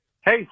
Hey